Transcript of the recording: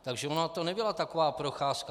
Takže ona to nebyla taková procházka.